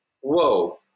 Whoa